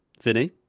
Vinny